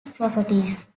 properties